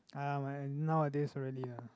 uh my nowadays really ah